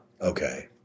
Okay